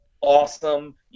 awesome